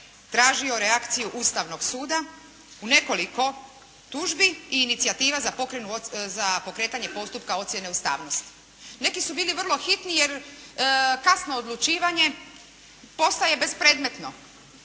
tražio reakciju Ustavnog suda u nekoliko tužbi i nekoliko inicijativa za pokretanje postupka ocjene ustavnosti. Neki su bili vrlo hitni jer kasno odlučivanje postaje bespredmetno.